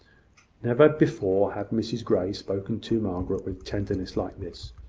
never before had mrs grey spoken to margaret with tenderness like this.